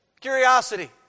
curiosity